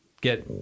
get